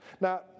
Now